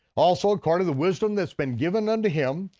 also ah part of the wisdom that's been given unto him,